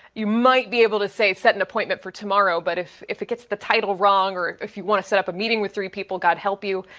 you might be able to say set an appointment for tomorrow, but if if it gets the title wrong or if you want to set up a meeting with three people, god help you,